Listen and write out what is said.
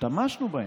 השתמשנו בהם,